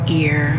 ear